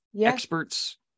experts